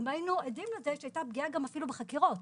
היינו עדים לזה שהייתה פגיעה אפילו בחקירות,